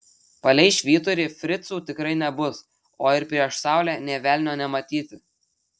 palei švyturį fricų tikrai nebus o ir prieš saulę nė velnio nematyti